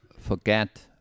forget